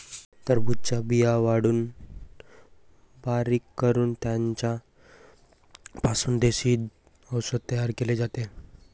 टरबूजाच्या बिया वाळवून बारीक करून त्यांचा पासून देशी औषध तयार केले जाते